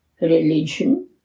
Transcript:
religion